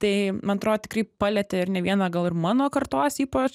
tai man atro tikrai palietė ir ne vieną gal ir mano kartos ypač